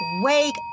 wake